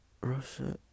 Russia